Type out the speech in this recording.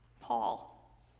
Paul